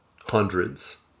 hundreds